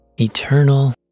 eternal